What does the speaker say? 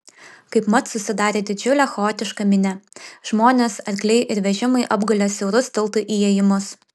kaipmat susidarė didžiulė chaotiška minia žmonės arkliai ir vežimai apgulė siaurus tiltų įėjimus